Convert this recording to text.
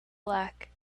black